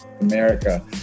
America